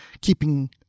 keeping